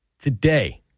today